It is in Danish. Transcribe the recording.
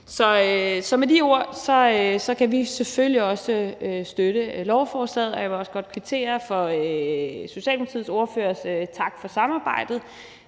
Så med de ord kan vi selvfølgelig også støtte lovforslaget. Jeg vil også godt kvittere for Socialdemokratiets ordførers tak for samarbejdet.